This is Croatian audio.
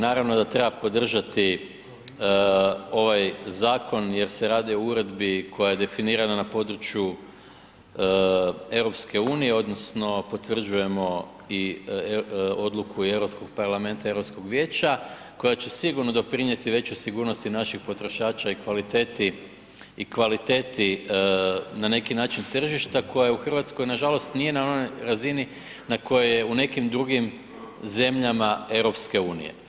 Naravno da treba podržati ovaj zakon jer se radi o uredbi koja je definirana na području EU odnosno potvrđujemo i odluku i Europskog parlamenta, Europskog vijeća koja će sigurno doprinijeti većoj sigurnosti naših potrošača i kvaliteti na neki način tržišta koja u Hrvatskoj nažalost nije na onoj razini na kojoj je u nekim drugim zemljama EU.